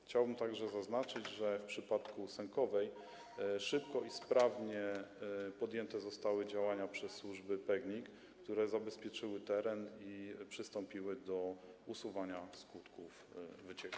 Chciałbym także zaznaczyć, że w przypadku Sękowej szybko i sprawnie podjęte zostały działania przez służby PGNiG, które zabezpieczyły teren i przystąpiły do usuwania skutków wycieku.